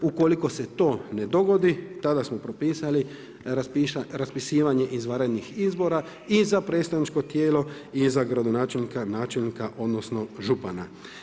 Ukoliko se to ne dogodi tada smo raspisali raspisivanje izvanrednih izbora i za predstavničko tijelo i za gradonačelnika, načelnika odnosno župana.